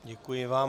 Děkuji vám.